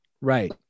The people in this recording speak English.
Right